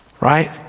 right